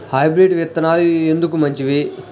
Hybrid విత్తనాలు ఎందుకు మంచివి?